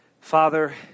Father